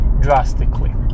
drastically